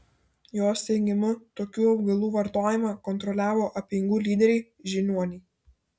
jos teigimu tokių augalų vartojimą kontroliavo apeigų lyderiai žiniuoniai